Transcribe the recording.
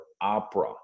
opera